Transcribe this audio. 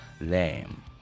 lame